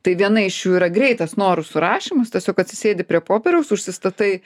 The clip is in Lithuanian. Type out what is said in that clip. tai viena iš jų yra greitas norų surašymas tiesiog atsisėdi prie popieriaus užsistatai